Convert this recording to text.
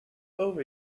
over